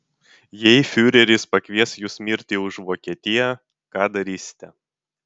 jei fiureris pakvies jus mirti už vokietiją ką darysite